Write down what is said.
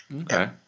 Okay